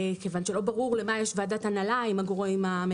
לא ברור למה יש ועדת הנהלה אם המנהל